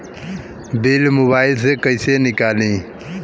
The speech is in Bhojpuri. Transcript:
बिल मोबाइल से कईसे निकाली?